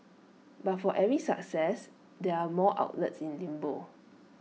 but for every success there are more outlets in limbo